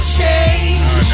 change